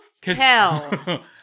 tell